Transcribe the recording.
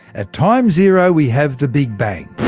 at time zero we have the big bang,